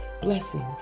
blessings